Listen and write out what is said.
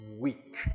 week